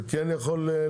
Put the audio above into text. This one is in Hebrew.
זה יכול להיות,